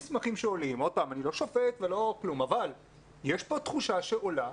לא שופט, אבל יש פה תחושה שעולה,